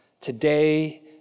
Today